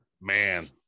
man